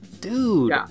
dude